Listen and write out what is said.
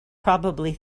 probably